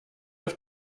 auf